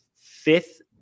fifth